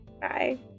Bye